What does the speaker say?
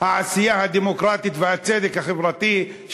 העשייה הדמוקרטית והצדק החברתי,